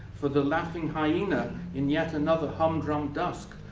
for the laughing hyena in yet another humdrum dusk,